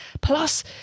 Plus